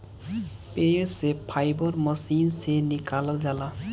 पेड़ से fibre machine से निकालल जाला